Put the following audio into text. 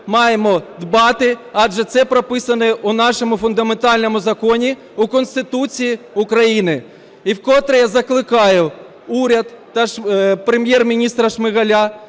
маємо дбати, адже це прописано у нашому фундаментальному Законі – у Конституції України. І вкотре я закликаю уряд та Прем'єр-міністра Шмигаля